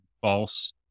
false